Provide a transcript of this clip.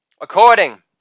According